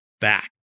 back